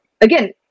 again